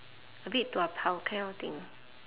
a bit tua pao kind of thing